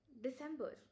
December